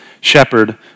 shepherd